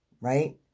right